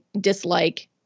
dislike